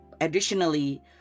additionally